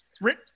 Rick